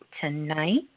tonight